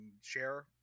share